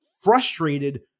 frustrated